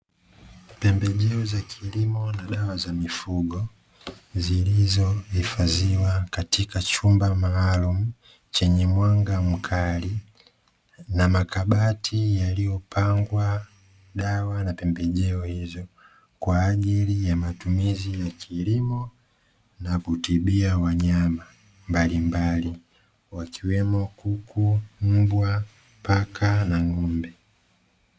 Pembejeo za kilimo na dawa za mifugo, zilizohifadhiwa katika chumba maalum chenye mwanga mkali ,na makabati yaliyopangwa dawa na pembejeo hizo kwa ajili ya matumizi ya kilimo, na kutibia wanyama mbalimbali, wakiwemo kuku, mbwa, paka na ng'ombe.